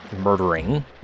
murdering